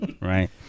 right